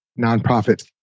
nonprofit